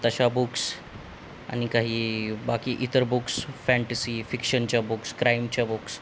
तशा बुक्स आणि काही बाकी इतर बुक्स फॅँटसी फिक्शनच्या बुक्स क्राइमच्या बुक्स